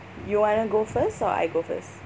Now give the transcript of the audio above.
you wanna go first or I go first